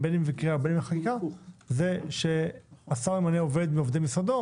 בקריאה ובחקיקה זה שהשר ממנה עובד מעובדי משרדו.